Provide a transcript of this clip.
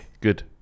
good